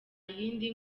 yindi